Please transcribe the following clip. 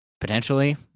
potentially